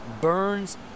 burns